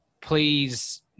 Please